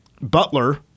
Butler